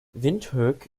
windhoek